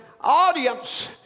audience